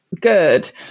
Good